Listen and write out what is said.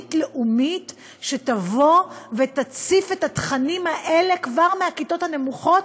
תוכנית לאומית שתציף את התכנים האלה כבר מהכיתות הנמוכות,